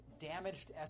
damaged